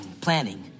planning